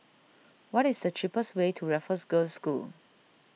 what is the cheapest way to Raffles Girls' School